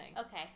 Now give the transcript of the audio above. Okay